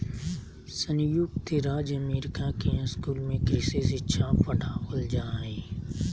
संयुक्त राज्य अमेरिका के स्कूल में कृषि शिक्षा पढ़ावल जा हइ